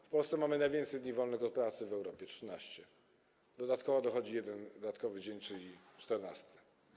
W Polsce mamy najwięcej dni wolnych od pracy w Europie, bo 13, do tego dochodzi jeden dodatkowy dzień, czyli 14.